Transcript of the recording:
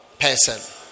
person